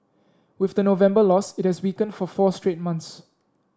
with the November loss it has weakened for four straight months